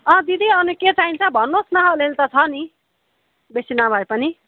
अँ दिदी अनि के चाहिन्छ भन्नुहोस् न अलिअलि त छ नि बेसी नभए पनि